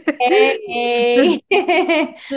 Hey